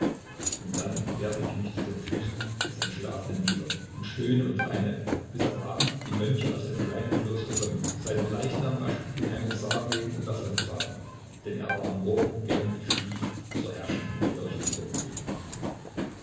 und dann werfe ich mich zu den füßen des entschlafenen nieder und stöhne und weine bis am abend die mönche aus dem kleinen kloster kommen seinen leichnam waschen in einen sarg legen und davontragen denn er war am morgen während ich schlief zur herrschenden kirche übergetreten